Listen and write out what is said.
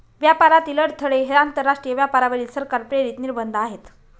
व्यापारातील अडथळे हे आंतरराष्ट्रीय व्यापारावरील सरकार प्रेरित निर्बंध आहेत